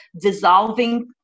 dissolving